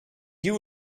you